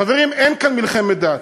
חברים, אין כאן מלחמת דת.